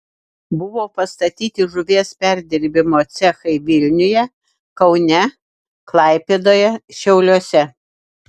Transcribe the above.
buvo pastatyti žuvies perdirbimo cechai vilniuje kaune klaipėdoje šiauliuose